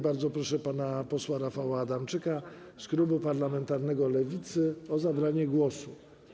Bardzo proszę pana posła Rafała Adamczyka z klubu parlamentarnego Lewicy o zabranie głosu.